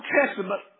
Testament